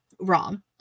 wrong